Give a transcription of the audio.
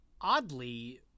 oddly